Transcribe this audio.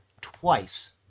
twice